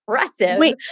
impressive